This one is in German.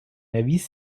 erwies